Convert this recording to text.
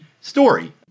story